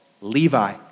Levi